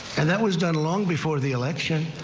and that was done long before the election.